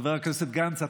חבר הכנסת גנץ,